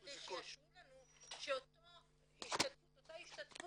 כדי שיאשרו לנו שאותה השתתפות